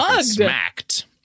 smacked